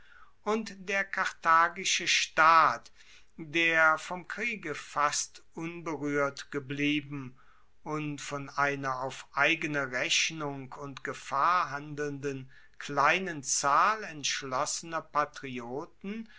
und der karthagische staat der vom kriege fast unberuehrt geblieben und von einer auf eigene rechnung und gefahr handelnden kleinen zahl entschlossener patrioten